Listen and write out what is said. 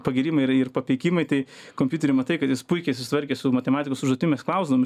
pagyrimai ir ir papeikimai tai kompiutery matai kad jis puikiai susitvarkė su matematikos užduotim klausdavom